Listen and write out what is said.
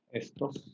estos